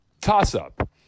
Toss-up